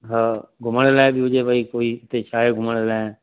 हा घुमण लाइ बि हुजे भई कोई हिते छाए घुमण लाइ